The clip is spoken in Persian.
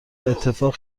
اتفاق